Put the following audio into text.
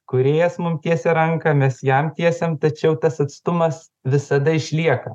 kūrėjas mum tiesia ranką mes jam tiesiam tačiau tas atstumas visada išlieka